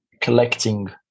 collecting